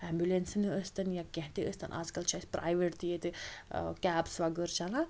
ایٚمبولیٚنسَن ٲسۍ تَن یا کیٚنٛہہ تہِ ٲسۍ تَن آزکَل چھِ اسہِ پرٛایویٹ تہِ ییٚتہِ ٲں کیبٕس وَغٲر چَلان